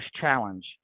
challenge